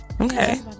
Okay